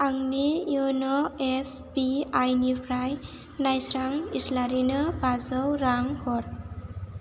आंनि इउन' एसबीआई निफ्राय नायस्रां इस्लारिनो बाजौ रां हर